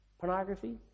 pornography